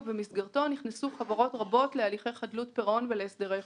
כשבמסגרתו נכנסו חברות רבות להליכי חדלות פירעון ולהסדרי חוב.